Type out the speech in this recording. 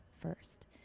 first